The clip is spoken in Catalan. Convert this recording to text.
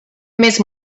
més